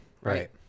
right